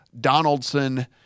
Donaldson